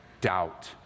doubt